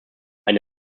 eine